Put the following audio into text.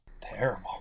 terrible